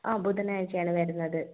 ആ ബുധനാഴ്ചയാണ് വരുന്നത്